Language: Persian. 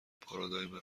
پارادایم